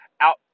out